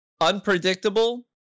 unpredictable